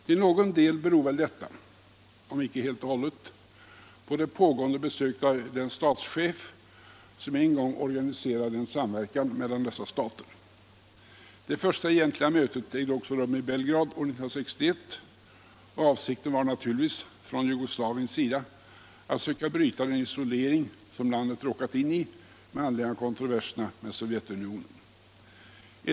Till någon del beror väl detta — om icke helt och hållet — på det pågående besöket av den statschef som en gång organiserade en samverkan mellan dessa stater. Det första egentliga mötet ägde också rum i Belgrad år 1961. Avsikten var naturligtvis från jugoslavisk sida att söka bryta den isolering som landet råkat in i med anledning av kontroverserna med Sovjetunionen.